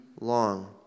long